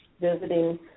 visiting